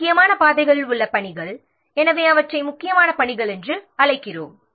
முக்கியமான பாதைகளில் உள்ள பணிகளை முக்கியமான பணிகள் என்று அழைக்கிறோம்